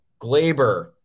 Glaber